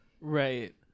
Right